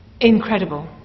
incredible